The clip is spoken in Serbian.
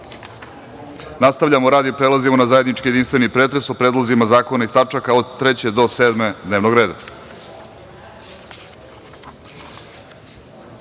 rad. Nastavljamo rad i prelazimo na zajednički jedinstveni pretres o predlozima zakona iz tač. od 3. do 7. dnevnog